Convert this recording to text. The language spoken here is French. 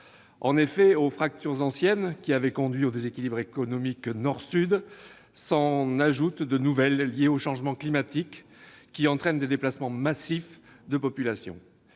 En effet, aux fractures anciennes, qui avaient conduit au déséquilibre économique entre le Nord et le Sud, s'en ajoutent de nouvelles liées au changement climatique qui entraîne des déplacements massifs de populations.